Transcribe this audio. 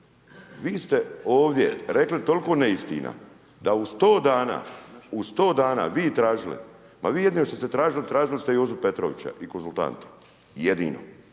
Vi ste ovdje rekli toliko neistina da u 100 dana, u 100 dana vi tražili, ma vi jedino što ste tražili, tražili ste Jozu Petrovića i konzultante. Jedino,